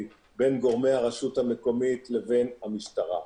בין גורמי הרשות המקומית לבין המשטרה.